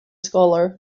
scholar